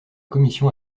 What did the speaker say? commission